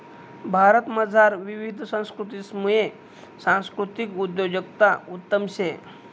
भारतमझार विविध संस्कृतीसमुये सांस्कृतिक उद्योजकता उत्तम शे